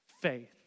faith